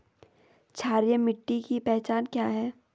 क्षारीय मिट्टी की पहचान क्या है?